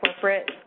corporate